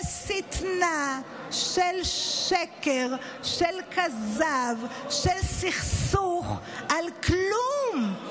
של שטנה, של שקר, של כזב, של סכסוך, על כלום,